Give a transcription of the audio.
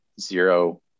zero